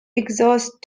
exhaust